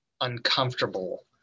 uncomfortable